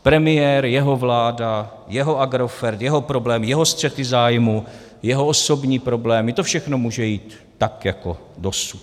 Premiér, jeho vláda, jeho Agrofert, jeho problém, jeho střety zájmů, jeho osobní problémy, to všechno může jít tak jako dosud.